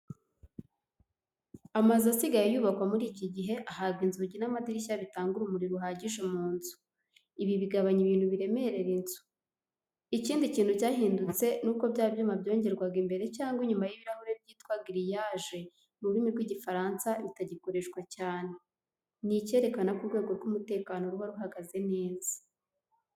Amazu asigaye yubakwa muri iki gihe, ahabwa inzugi n'amadirishya bitanga urumuri ruhagije mu nzu. Ibi bigabanya ibintu biremerera inzu. Ikindi kintu cyahindutse ni uko bya byuma byongerwega imbere cyangwa inyuma y'ibirahure byitwa "grillage" mu rurimi rw'Igifaransa bitagikoreshwa cyane. Ni ikerekana ko urwego rw'umutekano ruba ruhagaze neza.